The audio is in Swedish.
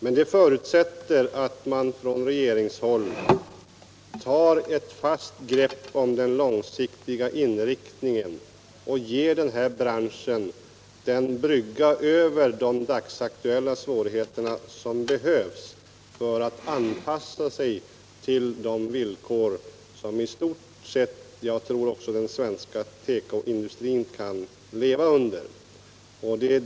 Men det förutsätter att regeringen tar ett fast grepp om den långsiktiga inriktningen och förser den här branschen med den brygga över de dagsaktuella svårigheterna som den behöver för att anpassa sig till de villkor som gäller och som jag tror att också den svenska tekoindustrin kan leva under.